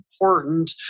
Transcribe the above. important